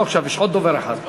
לא עכשיו, יש עוד דובר אחד.